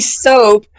soap